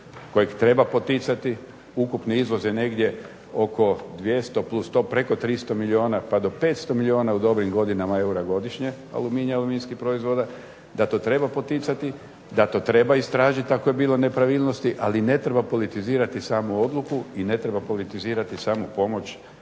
kojeg treba poticati – ukupni izvoz je negdje oko 200 plus 100, preko 300 milijuna pa do 500 milijuna u dobrim godinama eura godišnje aluminija i aluminijskih proizvoda, da to treba poticati, da to treba istražiti ako je bilo nepravilnosti, ali ne treba politizirati samo odluku i ne treba politizirati samu pomoć